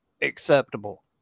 acceptable